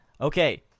Okay